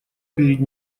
перед